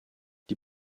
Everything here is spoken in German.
die